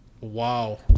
Wow